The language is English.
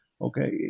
okay